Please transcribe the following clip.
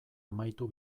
amaitu